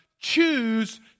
choose